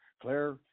Claire